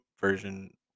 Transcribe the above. version